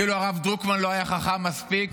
כאילו הרב דרוקמן לא היה חכם מספיק